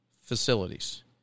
facilities